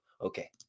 Okay